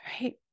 right